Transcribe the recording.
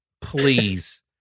please